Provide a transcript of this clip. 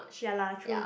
ya lah true